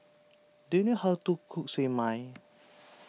do you know how to cook Siew Mai